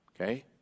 okay